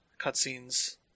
cutscenes